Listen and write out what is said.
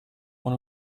one